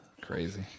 Crazy